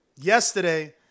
Yesterday